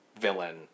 villain